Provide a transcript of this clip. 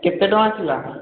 କେତେ ଟଙ୍କା ଥିଲା